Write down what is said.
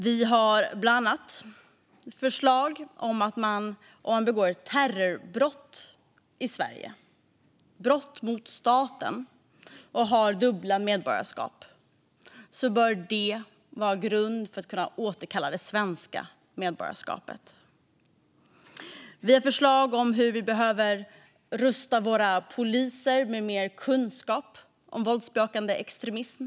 Vi har bland annat förslag om att om man begår ett terrorbrott i Sverige, brott mot staten, och har dubbla medborgarskap bör det vara grund för att kunna återkalla det svenska medborgarskapet. Vi har förslag om hur vi behöver rusta våra poliser med mer kunskap om våldsbejakande extremism.